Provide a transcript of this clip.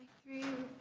through